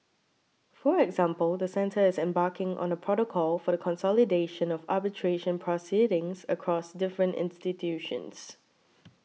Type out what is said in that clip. for example the centre is embarking on a protocol for the consolidation of arbitration proceedings across different institutions